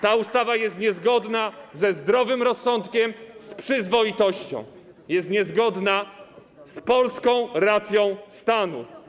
Ta ustawa jest niezgodna ze zdrowym rozsądkiem, z przyzwoitością, jest niezgodna z polską racją stanu.